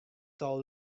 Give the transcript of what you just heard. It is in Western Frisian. tal